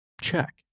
check